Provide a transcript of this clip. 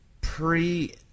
pre